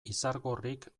izargorrik